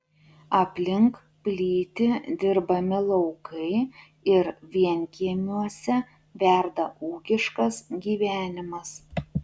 aplink plyti dirbami laukai ir vienkiemiuose verda ūkiškas gyvenimas